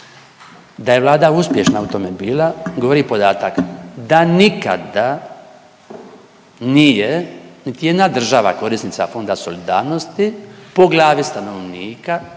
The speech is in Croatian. Da je Vlada uspješna u tome bila govori podatak da nikada nije niti jedna država, korisnica Fonda solidarnosti po glavi stanovnika